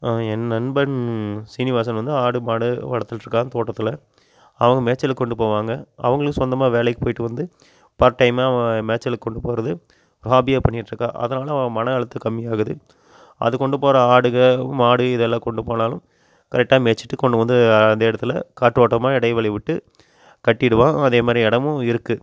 என் நண்பன் சீனிவாசன் வந்து ஆடு மாடு வளர்த்துட்ருக்கான் தோட்டத்தில் அவங்க மேய்ச்சலுக்கு கொண்டு போவாங்க அவங்களும் சொந்தமாக வேலைக்கு போயிட்டு வந்து பார்ட் டைம்மாக அவன் மேய்ச்சலுக்கு கொண்டு போகிறது ஒரு ஹாபியாக பண்ணிட்டுருக்கான் அதனால் அவன் மன அழுத்தம் கம்மியாகுது அது கொண்டு போகிற ஆடுக மாடு இதெல்லாம் கொண்டு போனாலும் கரெக்டாக மேய்ச்சிட்டு கொண்டு வந்து அதே இடத்துல காற்றோட்டமாக இடைவெளி விட்டு கட்டிடுவான் அதேமாதிரி இடமும் இருக்குது